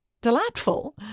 delightful